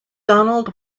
donald